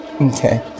Okay